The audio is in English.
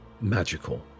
magical